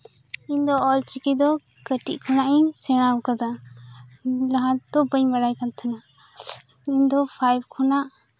ᱤᱧ ᱫᱚ ᱚᱞᱪᱤᱠᱤ ᱫᱚ ᱠᱟᱹᱴᱤᱡ ᱠᱷᱚᱱᱟᱜ ᱤᱧ ᱥᱮᱬᱟᱣᱟᱠᱟᱫᱟ ᱞᱟᱦᱟ ᱛᱮᱫᱚ ᱵᱟᱹᱧ ᱵᱟᱲᱟᱭ ᱠᱟᱱ ᱛᱟᱦᱮᱱᱟ ᱤᱧᱫᱚ ᱯᱷᱟᱭᱤᱵᱷ ᱠᱷᱚᱱᱟᱜ